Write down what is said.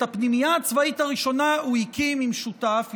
את הפנימייה הצבאית הראשונה הוא הקים עם שותף,